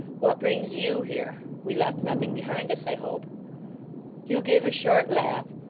what brings you here? we left nothing behind us, i hope hugh gave a short laugh,